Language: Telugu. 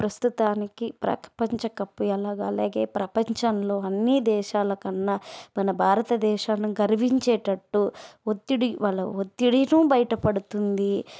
ప్రస్తుతానికి ప్రపంచకప్పు ఎలాగా అలాగే ప్రపంచంలో అన్ని దేశాల కన్నా మన భారతదేశం గర్వించేటట్టు ఒత్తిడి వల ఒత్తిడినూ బయటపడుతుంది